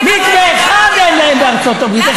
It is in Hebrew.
מקווה אחד אין להם בארצות-הברית.